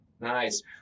Nice